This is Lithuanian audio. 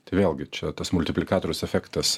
tai vėlgi čia tas multiplikatoriaus efektas